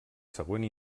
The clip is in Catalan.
següent